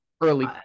early